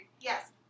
Yes